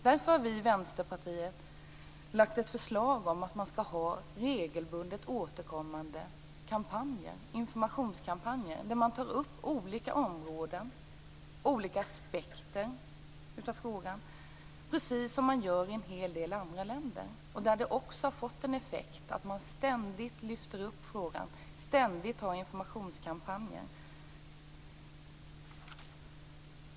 Därför har vi i Vänsterpartiet lagt fram ett förslag om att ha regelbundet återkommande informationskampanjer där olika områden och olika aspekter av frågan tas upp, precis som sker i en hel del andra länder där detta fått effekten att frågan ständigt lyfts och att man ständigt har informationskampanjer.